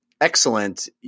excellent